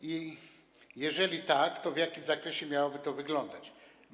A jeżeli tak, to w jakim zakresie miałoby to nastąpić?